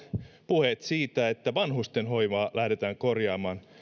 puheet siitä että vanhustenhoivaa lähdetään korjaamaan